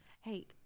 hey